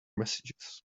messages